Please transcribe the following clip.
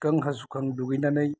खिखां हासुखां दुगैनानै